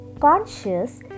conscious